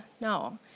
no